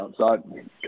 outside